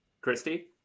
Christy